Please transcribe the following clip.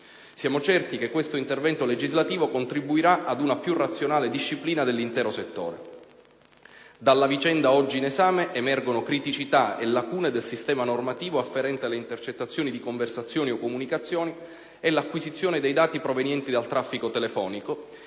Siamo certi che questo intervento legislativo contribuirà ad una più razionale disciplina dell'intero settore. Dalla vicenda oggi in esame emergono criticità e lacune del sistema normativo afferente alle intercettazioni di conversazioni o comunicazioni e l'acquisizione dei dati provenienti dal traffico telefonico,